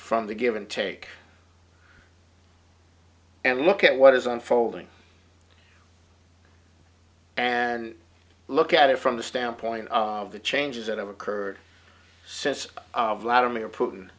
from the give and take and look at what is unfolding and look at it from the standpoint of the changes that have occurred since lot of mayor